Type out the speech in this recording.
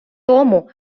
тому